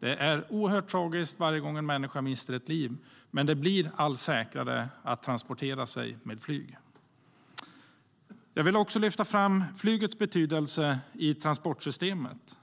Det är oerhört tragiskt varje gång en människa mister livet, men det blir allt säkrare att transportera sig med flyg. Jag vill lyfta fram flygets betydelse i transportsystemet.